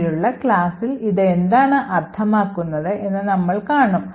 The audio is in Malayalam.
പിന്നീടുള്ള ക്ലാസ്സിൽ ഇത് എന്താണ് അർത്ഥമാക്കുന്നത് എന്ന് നമ്മൾ കാണും